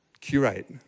curate